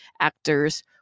actors